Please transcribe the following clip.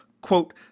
quote